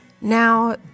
Now